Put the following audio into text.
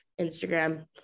Instagram